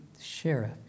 sheriff